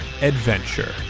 Adventure